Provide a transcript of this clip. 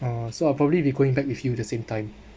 uh so I'll probably be going back with you the same time